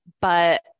but-